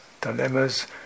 dilemmas